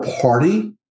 party